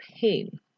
pain